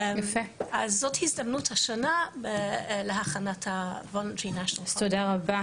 אז זאת הזדמנות השנה להכנת --- תודה רבה,